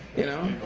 you know,